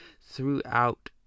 throughout